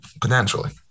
Potentially